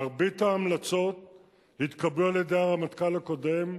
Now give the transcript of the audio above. מרבית ההמלצות התקבלו על-ידי הרמטכ"ל הקודם,